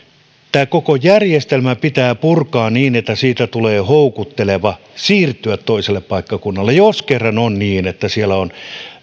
tämä koko järjestelmä pitää purkaa niin että tulee houkuttelevaksi siirtyä toiselle paikkakunnalle jos kerran on niin että siellä on